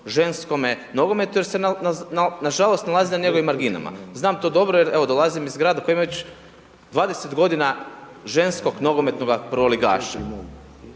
ženskome nogometu jer se nažalost nalazi na njegovim marginama, znam to dobro jer evo dolazim iz grada koji ima već 20 godina ženskog nogometnog prvoligaša